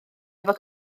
efo